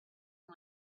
and